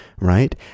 Right